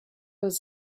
was